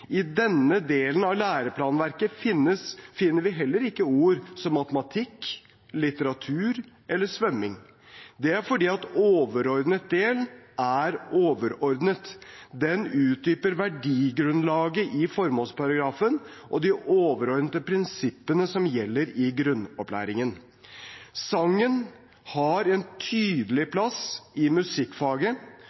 I denne delen av læreplanverket finner vi heller ikke ord som «matematikk», «litteratur» eller «svømming». Det er fordi overordnet del er overordnet – den utdyper verdigrunnlaget i formålsparagrafen og de overordnede prinsippene som gjelder for grunnopplæringen. Sangen har en tydelig plass i musikkfaget,